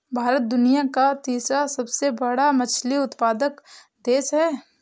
भारत दुनिया का तीसरा सबसे बड़ा मछली उत्पादक देश है